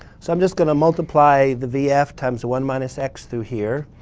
so i'm just going to multiply the vf times one minus x through here.